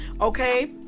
okay